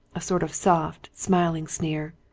a sort of soft, smiling sneer.